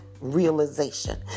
realization